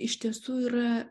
iš tiesų yra